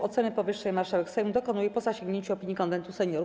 Oceny powyższej marszałek Sejmu dokonuje po zasięgnięciu opinii Konwentu Seniorów.